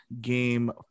game